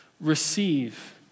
receive